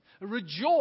rejoice